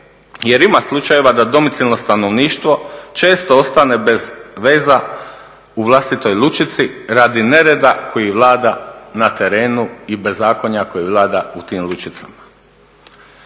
Jer ima slučajeva da domicilno stanovništvo često ostane bez veza u vlastitoj lučici radi nereda koji vlada na terenu i bezakonja koje vlada u tim lučicama.